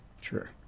Sure